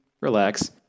relax